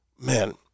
Man